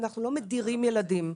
אנחנו לא מדירים ילדים,